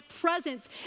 presence